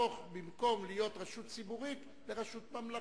במקום להיות רשות ציבורית היא תהפוך לרשות ממלכתית,